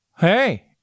Hey